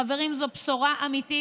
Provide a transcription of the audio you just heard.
חברים, זו בשורה אמיתית.